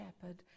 shepherd